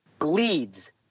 bleeds